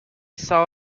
saw